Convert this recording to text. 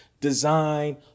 design